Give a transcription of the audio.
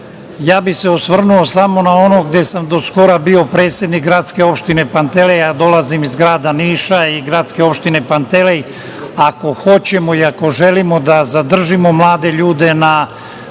Ja bih se osvrnuo samo na ono gde sam do skoro bio predsednik gradske opštine Pantelej, a dolazim iz grada Niša i gradske opštine Pantelej. Ako hoćemo i ako želimo da zadržimo mlade ljude na